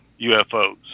UFOs